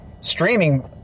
streaming